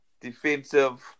defensive